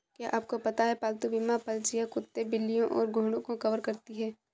क्या आपको पता है पालतू बीमा पॉलिसियां कुत्तों, बिल्लियों और घोड़ों को कवर करती हैं?